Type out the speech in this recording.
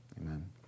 Amen